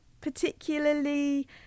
particularly